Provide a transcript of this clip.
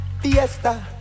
fiesta